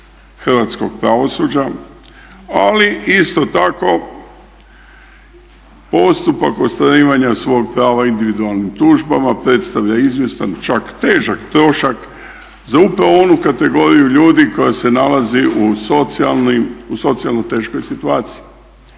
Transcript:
hrvatskog pravosuđa, ali isto tako postupak ostvarivanja svog prava individualnim tužbama predstavlja izvjestan čak težak trošak za upravo onu kategoriju ljudi koja se nalazi u socijalnoj teškoj situaciji.